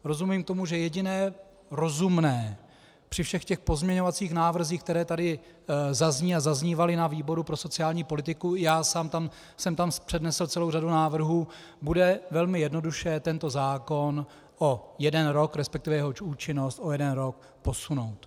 Rozumím tomu, že jediné rozumné při všech těch pozměňovacích návrzích, které tady zazní a zaznívaly na výboru pro sociální politiku, i já sám jsem tam přednesl celou řadu návrhů, bude velmi jednoduše tento zákon o jeden rok, respektive jeho účinnost o jeden rok posunout.